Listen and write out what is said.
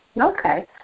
Okay